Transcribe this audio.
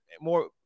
more